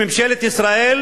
שממשלת ישראל